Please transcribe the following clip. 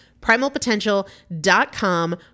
Primalpotential.com